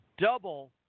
double